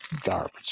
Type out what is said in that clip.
Garbage